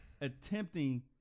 attempting